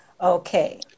Okay